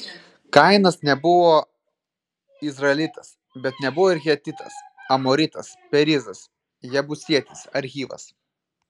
kainas nebuvo izraelitas bet nebuvo ir hetitas amoritas perizas jebusietis ar hivas